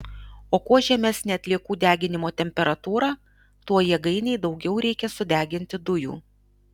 o kuo žemesnė atliekų deginimo temperatūra tuo jėgainei daugiau reikia sudeginti dujų